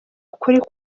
ukuri